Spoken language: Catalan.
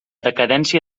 decadència